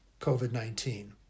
COVID-19